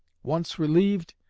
once relieved,